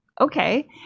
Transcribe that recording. okay